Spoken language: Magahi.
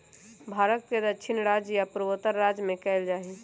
भारत के दक्षिणी राज्य आ पूर्वोत्तर राज्य में कएल जाइ छइ